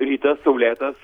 rytas saulėtas